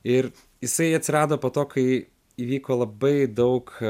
ir jisai atsirado po to kai įvyko labai daug